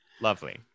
lovely